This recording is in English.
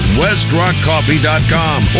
westrockcoffee.com